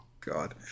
God